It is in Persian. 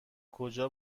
کجا